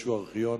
באיזשהו ארכיון,